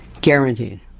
Guaranteed